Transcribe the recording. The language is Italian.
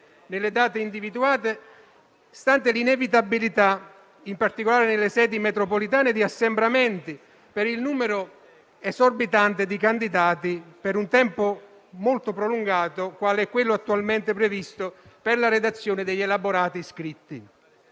nelle date individuate, stante l'inevitabilità, in particolare nelle sedi metropolitane, di assembramenti, per il numero esorbitante di candidati, per un tempo molto prolungato, quale quello attualmente previsto per la redazione degli elaborati scritti.